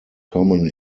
common